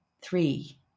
Three